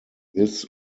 this